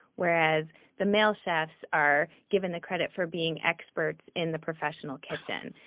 whereas the male chefs are given the credit for being experts in the professional kitchen.